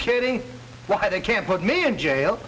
kidding why they can't put me in jail